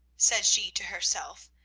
said she to herself,